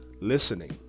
listening